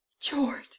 George